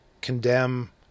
condemn